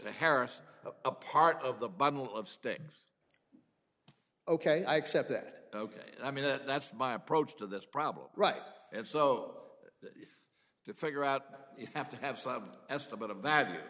to harris a part of the bible of state ok i accept that ok i mean that that's my approach to this problem right and so to figure out you have to have some estimate of that